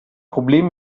problem